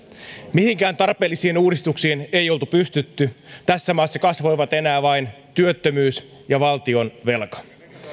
mihinkään tarpeellisiin uudistuksiin ei oltu pystytty tässä maassa kasvoivat enää vain työttömyys ja valtionvelka